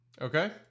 okay